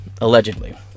Allegedly